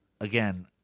again